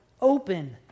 open